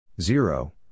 zero